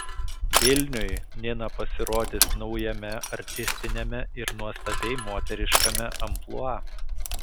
vilniui nina pasirodys naujame artistiniame ir nuostabiai moteriškame amplua